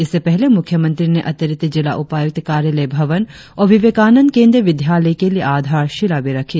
इससे पहले मुख्यमंत्री ने अतिरिक्त जिला उपायुक्त कार्यालय भवन और विवेकानंद केंद्रीय विद्यालय के लिए आधारशिला भी रखी